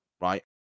right